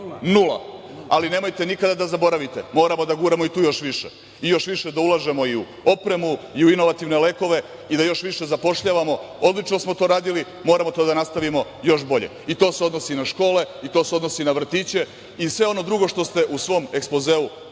nula. Ali nemojte nikada da zaboravite, moramo da guramo i tu još više i još više da ulažemo i u opremu i u inovativne lekove i da još više zapošljavamo. Odlično smo to radili, moramo to da nastavimo još bolje. I to se odnosi na škole, i to se odnosi na vrtiće i sve ono drugo što ste u svom ekspozeu već